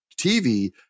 tv